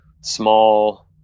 small